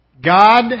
God